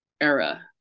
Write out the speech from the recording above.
era